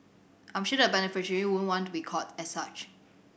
I'm sure the beneficiary wouldn't want to be called as such